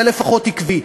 זה לפחות עקבי.